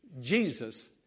Jesus